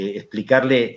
explicarle